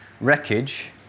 Wreckage